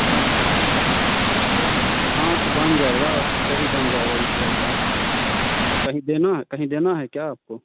अच्छा वो कटहर हाँ तो बन जाएगा सही बन जाएगा इस सब का कहीं देना है कहीं देना है क्या आपको